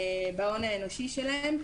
בהון האנושי שלהם.